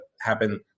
happen